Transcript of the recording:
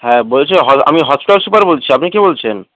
হ্যাঁ বলছি আমি হসপিটাল সুপার বলছি আপনি কে বলছেন